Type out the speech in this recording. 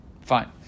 Fine